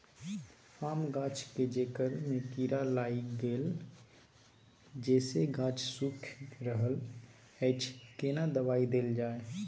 आम गाछ के जेकर में कीरा लाईग गेल जेसे गाछ सुइख रहल अएछ केना दवाई देल जाए?